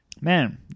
Man